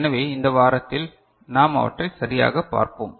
எனவே இந்த வாரத்தில் நாம் அவற்றை சரியாகப் பார்ப்போம்